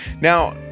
Now